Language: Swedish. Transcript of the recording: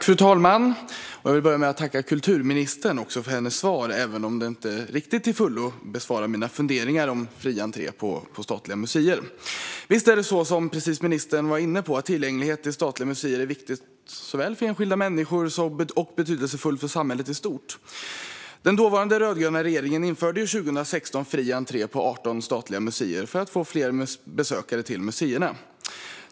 Fru talman! Jag tackar kulturministern för svaret, även om det inte till fullo besvarade mina funderingar om fri entré på statliga museer. Precis som ministern var inne på är tillgänglighet till statliga museer viktigt för enskilda människor och för samhället i stort. Den dåvarande rödgröna regeringen införde 2016 fri entré på 18 statliga museer för att få fler besökare till museerna.